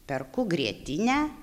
perku grietinę